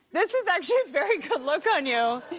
this is actually a very good look on you.